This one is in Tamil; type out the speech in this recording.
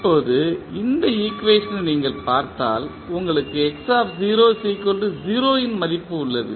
இப்போது இந்த ஈக்குவேஷனை நீங்கள் பார்த்தால் உங்களுக்கு x 0 இன் மதிப்பு உள்ளது